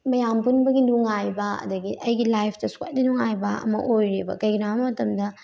ꯃꯌꯥꯝ ꯄꯨꯟꯕꯒꯤ ꯅꯨꯡꯉꯥꯏꯕ ꯑꯗꯒꯤ ꯑꯩꯒꯤ ꯂꯥꯏꯐꯇꯁꯨ ꯈ꯭ꯋꯥꯏꯗꯒꯤ ꯅꯨꯡꯉꯥꯏꯕ ꯑꯃ ꯑꯣꯏꯔꯦꯕ ꯀꯩꯒꯤꯅꯣ ꯍꯥꯏꯕ ꯃꯇꯝꯗ